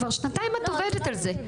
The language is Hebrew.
כבר שנתיים את עובדת על זה.